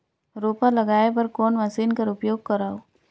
रोपा लगाय बर कोन मशीन कर उपयोग करव?